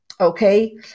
okay